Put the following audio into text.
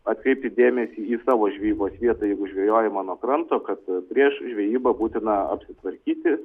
atkreipti dėmesį į savo žvejybos vietą jeigu žvejojama nuo kranto kad prieš žvejybą būtina apsitvarkyti